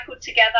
together